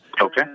Okay